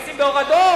נוסעים באור אדום.